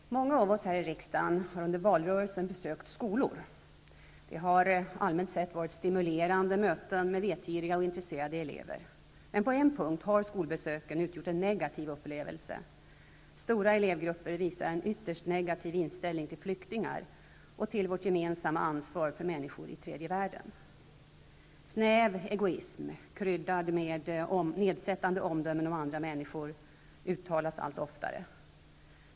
Herr talman! Många av oss här i riksdagen har under valrörelsen besökt skolor. Det har allmänt sett varit stimulerande möten med vetgiriga och intresserade elever. Men på en punkt har skolbesöken utgjort en negativ upplevelse -- stora elevgrupper visar en ytterst negativ inställning till flyktingar och till vårt gemensamma ansvar för människor i tredje världen. Snäv egoism, kryddad med nedsättande omdömen om andra människor, uttalas allt oftare.